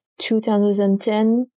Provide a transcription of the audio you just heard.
2010